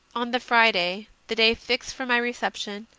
on the friday, the day fixed for my reception,